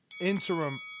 Interim